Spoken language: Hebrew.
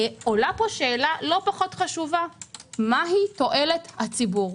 עולה פה שאלה לא פחות חשובה - מהי תועלת הציבור.